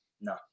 No